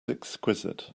exquisite